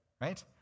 Right